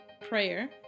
Prayer